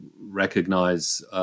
recognize